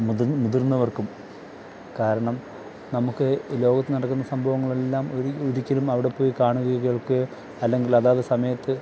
മുതി മുതിര്ന്നവര്ക്കും കാരണം നമുക്കെ ഈ ലോകത്തു നടക്കുന്ന സംഭവങ്ങളെല്ലാം ഒരിക്കലും അവിടെ പോയി കാണുകയോ കേൾക്കുകയോ അല്ലെങ്കിൽ അതാത് സമയത്ത്